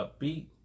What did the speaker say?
upbeat